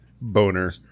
boner